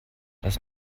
lass